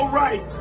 right